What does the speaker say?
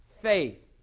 faith